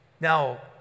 Now